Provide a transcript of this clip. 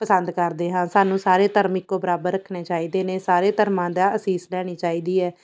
ਪਸੰਦ ਕਰਦੇ ਹਾਂ ਸਾਨੂੰ ਸਾਰੇ ਧਰਮ ਇੱਕੋ ਬਰਾਬਰ ਰੱਖਣੇ ਚਾਹੀਦੇ ਨੇ ਸਾਰੇ ਧਰਮਾਂ ਦਾ ਅਸੀਸ ਲੈਣੀ ਚਾਹੀਦੀ ਹੈ